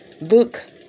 Look